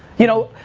you know,